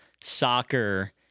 soccer